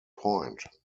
point